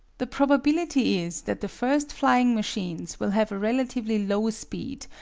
the probability is that the first flying machines will have a relatively low speed,